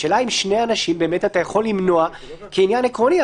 השאלה אם שני אנשים אתה יכול למנוע כעניין עקרוני.